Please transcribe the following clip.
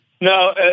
No